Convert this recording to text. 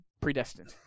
predestined